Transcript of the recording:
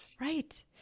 Right